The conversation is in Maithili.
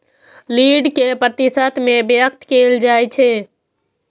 यील्ड कें प्रतिशत मे व्यक्त कैल जाइ छै